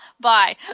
bye